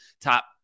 top